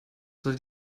soll